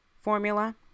formula